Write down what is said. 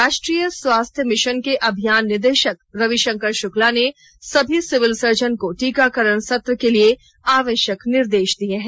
राष्ट्रीय स्वास्थ्य मिशन के अभियान निदेशक रविशंकर शुक्ला ने सभी सिविल सर्जन को टीकाकरण सत्र के लिए आवश्यक निर्देश दिए हैं